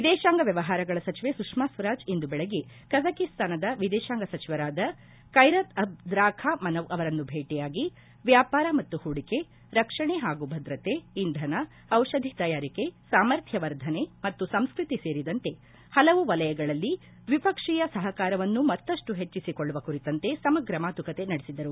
ವಿದೇಶಾಂಗ ವ್ಯವಹಾರಗಳ ಸಚಿವೆ ಸುಷ್ಮಾ ಸ್ವರಾಜ್ ಇಂದು ಬೆಳಗ್ಗೆ ಕಜಕಿಸ್ತಾನದ ವಿದೇಶಾಂಗ ಸಚಿವರಾದ ಕೈರತ್ ಅಬ್ ದ್ರಾಖಾ ಮನವ್ ಅವರನ್ನು ಭೇಟಿಯಾಗಿ ವ್ಯಾಪಾರ ಮತ್ತು ಹೂಡಿಕೆ ರಕ್ಷಣೆ ಹಾಗೂ ಭದ್ರತೆ ಇಂಧನ ಔಷಧಿ ತಯಾರಿಕೆ ಸಾಮರ್ಥ್ಯವರ್ಧನೆ ಮತ್ತು ಸಂಸ್ಕೃತಿ ಸೇರಿದಂತೆ ಹಲವು ವಲಯಗಳಲ್ಲಿ ದ್ವಿಪಕ್ಷೀಯ ಸಹಕಾರವನ್ನು ಮತ್ತಷ್ಟು ಹೆಚ್ಚಿಸಿಕೊಳ್ಳುವ ಕುರಿತಂತೆ ಸಮಗ್ರ ಮಾತುಕತೆ ನಡೆಸಿದರು